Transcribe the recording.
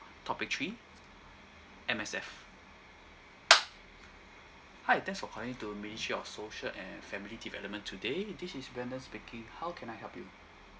topic three M_S_F hi thanks for calling to ministry of social and family development today this is brandon speaking how can I help you